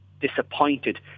disappointed